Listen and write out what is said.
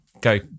go